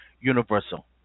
universal